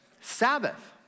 Sabbath